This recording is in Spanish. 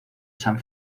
san